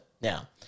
now